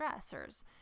stressors